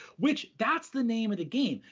which that's the name of the game.